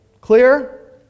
Clear